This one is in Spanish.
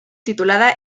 titulada